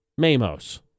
Mamos